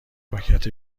پاکت